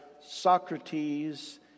Socrates